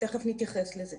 תכף נתייחס לזה.